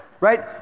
right